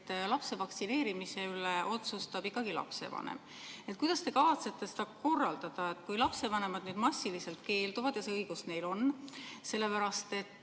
et lapse vaktsineerimise üle otsustab ikkagi lapsevanem. Kuidas te kavatsete seda korraldada, kui lapsevanemad massiliselt keelduvad ja see õigus neil on? Need